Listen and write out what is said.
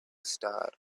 star